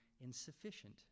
insufficient